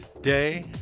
day